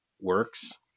works